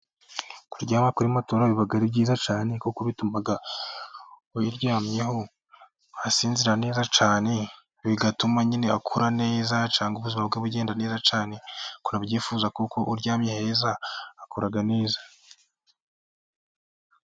Kuryama kuri matora biba ari byiza cyane, kuko bituma uyiryamyeho asinzira neza cyane, bigatuma nyine akura neza cyangwa ubuzima bwe bugenda neza cyane, akura abyifuza kuko uryamye heza akura neza.